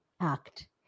act